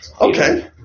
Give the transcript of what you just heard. okay